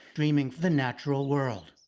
streaming the natural world.